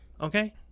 okay